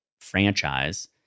franchise